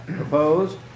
opposed